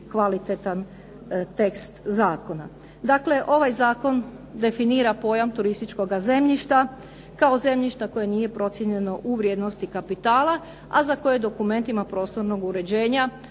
kvalitetan tekst zakona. Dakle, ovaj zakon definira pojam turističkoga zemljišta kao zemljišta koje nije procijenjeno u vrijednosti kapitala, a za koje je dokumentima prostornog uređenja